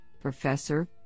Professor